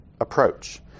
approach